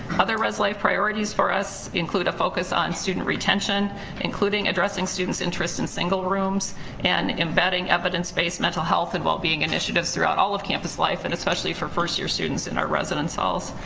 other res life priorities for us include a focus on student retention including addressing students' interest in single rooms and embedding evidence based mental health and wellbeing initiatives throughout all of campus life and especially for first year students in our residence halls.